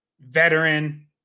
veteran